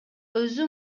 өзү